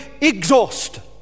exhausted